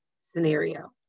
scenario